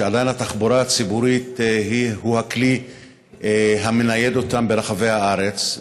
שעדיין התחבורה הציבורית היא הכלי המנייד באותם ברחבי הארץ,